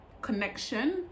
connection